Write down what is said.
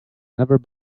never